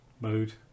mode